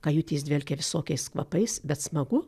kajutės dvelkė visokiais kvapais bet smagu